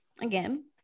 again